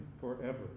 forever